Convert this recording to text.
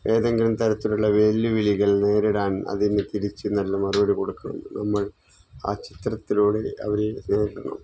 ഏതെങ്കിലും തരത്തിലുള്ള വെല്ലുവിളികൾ നേരിടാൻ അതിനു തിരിച്ചു നല്ല മറുപടി കൊടുക്കുന്നു നമ്മൾ ആ ചിത്രത്തിലൂടെ അവരെ ക്കുന്നു